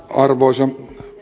arvoisa